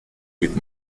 with